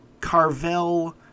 Carvel